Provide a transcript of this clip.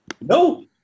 No